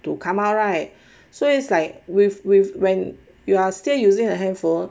to come out right so it's like with with when you are still using the handphone